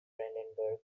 brandenburg